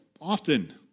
often